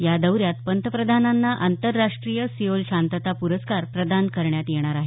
या दौऱ्यात पंतप्रधानांना आंतरराष्ट्रीय सिओल शांतता प्रस्कार प्रदान करण्यात येणार आहे